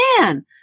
man